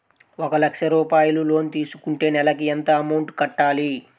ఒక లక్ష రూపాయిలు లోన్ తీసుకుంటే నెలకి ఎంత అమౌంట్ కట్టాలి?